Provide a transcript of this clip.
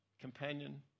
Companion